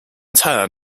turn